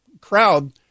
crowd